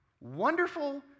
wonderful